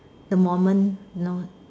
the moment you know